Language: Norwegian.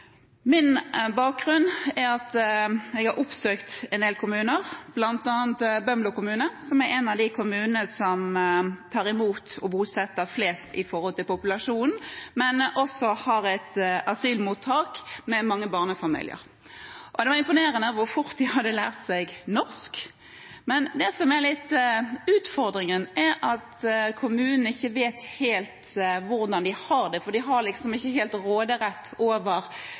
Min bakgrunn er at jeg har oppsøkt en del kommuner, bl.a. Bømlo kommune, som er en av de kommunene som tar imot og bosetter flest i forhold til populasjonen, men som også har et asylmottak med mange barnefamilier. Det var imponerende hvor fort de hadde lært seg norsk. Det som er utfordringen, er at kommunen ikke helt vet hvordan de har det, for de har ikke råderett over